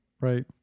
right